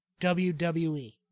WWE